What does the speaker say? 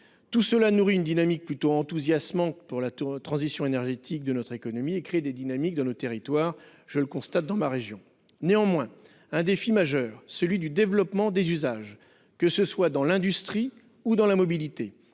Tout cela nourrit une dynamique plutôt enthousiasmante pour la transition énergétique de notre économie et de nos territoires, comme je le constate dans ma région. Néanmoins, un défi majeur demeure : celui du développement des usages, que ce soit dans l'industrie ou dans la mobilité.